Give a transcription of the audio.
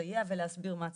לסייע ולהסביר מה צריך.